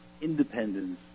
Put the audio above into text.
Independence